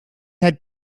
had